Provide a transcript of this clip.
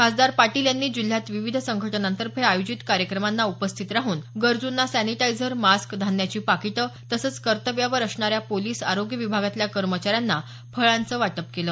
खासदार पाटील यांनी जिल्ह्यात विविध संघटनांतर्फे आयोजित कार्यक्रमांना उपस्थित राहून गरजूंना सॅनिटायझर मास्क धान्याची पाकिटं तसंच कर्तव्यावर असणाऱ्या पोलिस आरोग्य विभागातल्या कर्मचाऱ्यांना फळांचं वाटप केलं